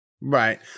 Right